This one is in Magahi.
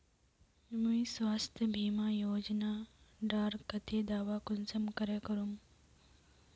मुई स्वास्थ्य बीमा योजना डार केते दावा कुंसम करे करूम?